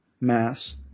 mass